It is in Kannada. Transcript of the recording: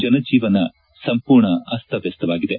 ಜನಜೀವನ ಸಂಪೂರ್ಣ ಅಸ್ತವ್ಯಸ್ತವಾಗಿದೆ